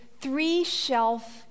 three-shelf